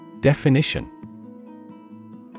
Definition